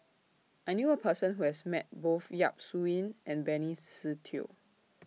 I knew A Person Who has Met Both Yap Su Yin and Benny Se Teo